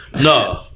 No